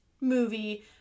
movie